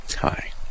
hi